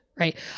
Right